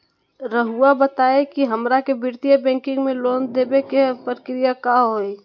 रहुआ बताएं कि हमरा के वित्तीय बैंकिंग में लोन दे बे के प्रक्रिया का होई?